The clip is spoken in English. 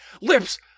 Lips